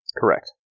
Correct